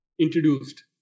introduced